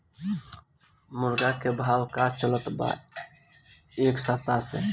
मुर्गा के भाव का चलत बा एक सप्ताह से?